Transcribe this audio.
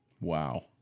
Wow